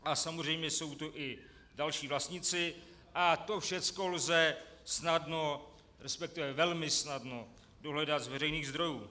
A samozřejmě jsou tu i další vlastníci, a to všecko lze snadno, respektive velmi snadno dohledat z veřejných zdrojů.